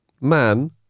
Man